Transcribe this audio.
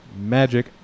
Magic